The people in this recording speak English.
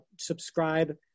subscribe